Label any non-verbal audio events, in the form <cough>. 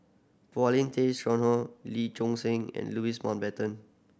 Paulin Tay <unintelligible> Lee Choon Seng and Louis Mountbatten